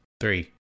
Three